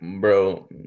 bro